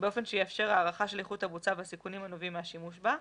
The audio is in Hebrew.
באופן שיאפשר הערכה של איכות הבוצה והסיכונים הנובעים מהשימוש בה".